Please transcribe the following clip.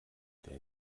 der